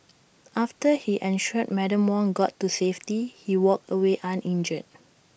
after he ensured Madam Wong got to safety he walked away uninjured